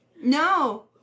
No